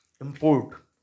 import